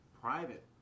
private